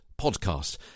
Podcast